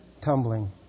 tumbling